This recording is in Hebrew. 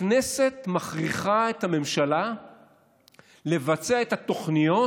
הכנסת מכריחה את הממשלה לבצע את התוכניות